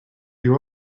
you